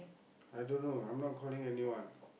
I don't know I'm not calling anyone